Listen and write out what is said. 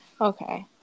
Okay